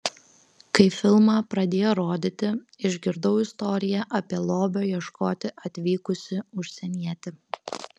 kai filmą pradėjo rodyti išgirdau istoriją apie lobio ieškoti atvykusį užsienietį